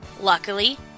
Luckily